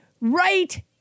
right